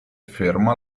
ferma